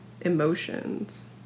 emotions